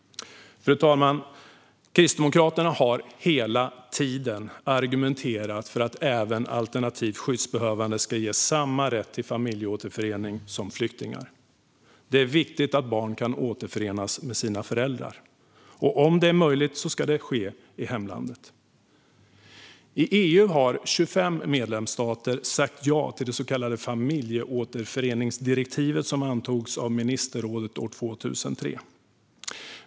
Fru talman! Kristdemokraterna har hela tiden argumenterat för att alternativt skyddsbehövande ska ges samma rätt till familjeåterförening som flyktingar. Det är viktigt att barn kan återförenas med sina föräldrar, och om det är möjligt ska det ske i hemlandet. I EU har 25 medlemsstater sagt ja till det så kallade familjeåterföreningsdirektivet, som antogs av ministerrådet 2003.